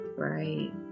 Right